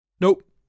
Nope